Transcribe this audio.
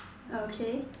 okay